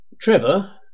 Trevor